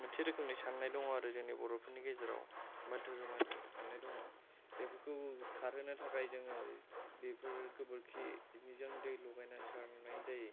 मोनसे रोखोमनि साननाय दङ आरो जोंनि बर'फोरनि गेजेराव बा धोरोमारि साननाय दङ बेफोरखौ खारहोनो थाखाय जोङो बेफोर गोबोरखिनिजों दै लगायना सारनाय जायो